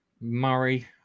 Murray